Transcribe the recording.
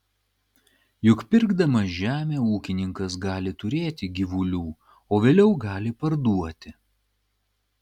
juk pirkdamas žemę ūkininkas gali turėti gyvulių o vėliau gali parduoti